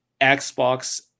Xbox